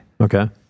Okay